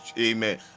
amen